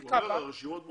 אומרים שהרשימות מוכנות.